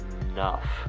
enough